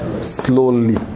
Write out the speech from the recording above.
slowly